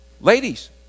ladies